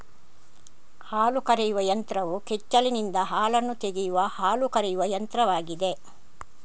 ಹಾಲು ಕರೆಯುವ ಯಂತ್ರವು ಕೆಚ್ಚಲಿನಿಂದ ಹಾಲನ್ನು ತೆಗೆಯುವ ಹಾಲು ಕರೆಯುವ ಯಂತ್ರವಾಗಿದೆ